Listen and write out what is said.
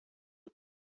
them